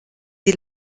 sie